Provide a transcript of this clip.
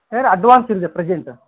sir advance ಇಲ್ಲೆ present